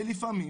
ולפעמים,